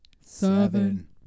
seven